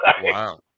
Wow